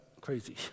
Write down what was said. crazy